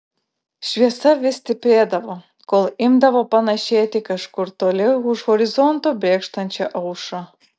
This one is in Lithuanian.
šviesa vis stiprėdavo kol imdavo panašėti į kažkur toli už horizonto brėkštančią aušrą